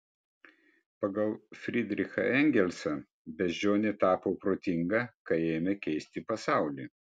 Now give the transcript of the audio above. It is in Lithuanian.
pagal fridrichą engelsą beždžionė tapo protinga kai ėmė keisti pasaulį